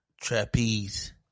Trapeze